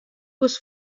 was